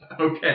Okay